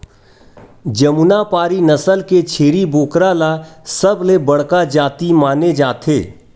जमुनापारी नसल के छेरी बोकरा ल सबले बड़का जाति माने जाथे